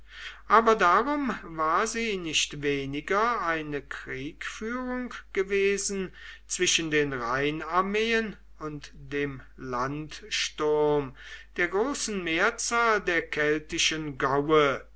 aber darum war sie nicht weniger eine kriegführung gewesen zwischen den rheinarmeen und dem landsturm der großen mehrzahl der keltischen gaue